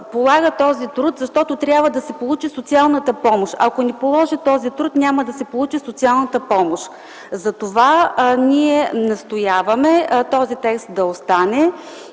полага този труд, защото трябва да си получи социалната помощ. Ако не положи този труд, няма да си получи социалната помощ. Затова ние настояваме този текст да остане.